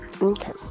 Okay